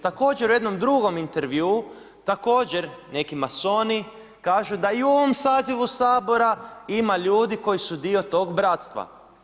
Također u jednom drugom intervjuu, također neki masoni kažu da i u ovom sazivu Sabora ima ljudi koji su dio tog bratstva.